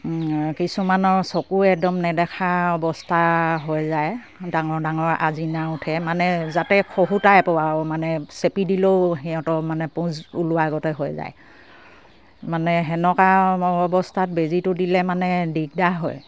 কিছুমানৰ চকু একদম নেদেখা অৱস্থা হৈ যায় ডাঙৰ ডাঙৰ আজিনা উঠে মানে যাতে খহু টাইপৰ মানে আৰু চেপি দিলেও সিহঁতৰ মানে পূঁজ ওলোৱা আগতে হৈ যায় মানে সেনেকা অৱস্থাত বেজিটো দিলে মানে দিগদাৰ হয়